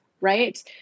right